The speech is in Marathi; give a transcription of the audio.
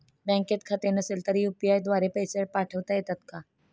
बँकेत खाते नसेल तर यू.पी.आय द्वारे पैसे पाठवता येतात का?